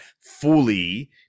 fully